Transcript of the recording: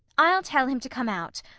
i'll tell him to come out.